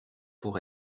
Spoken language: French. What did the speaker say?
pour